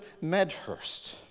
Medhurst